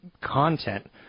content